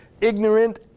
ignorant